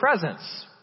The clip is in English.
presence